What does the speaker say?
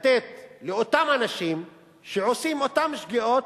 לתת לאותם אנשים שעושים את אותן שגיאות,